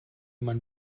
man